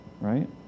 right